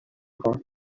خواهم